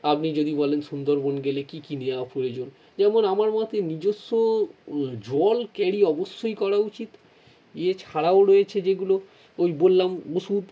আপনি যদি বলেন সুন্দরবন গেলে কী কী নেয়া প্রয়োজন যেমন আমার মতে নিজস্ব জল ক্যারি অবশ্যই করা উচিত এছাড়াও রয়েছে যেগুলো ওই বললাম ওষুধ